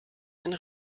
einen